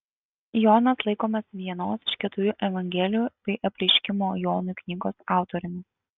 jonas laikomas vienos iš keturių evangelijų bei apreiškimo jonui knygos autoriumi